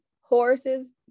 horses